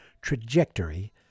trajectory